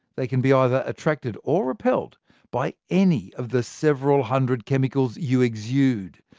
they can be either attracted or repelled by any of the several hundred chemicals you exude.